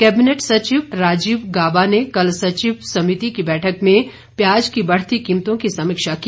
cabinet सचिव राजीव गाबा ने कल सचिव समिति की बैठक में प्याज की बढ़ती कीमतों की समीक्षा की